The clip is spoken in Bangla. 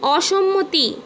অসম্মতি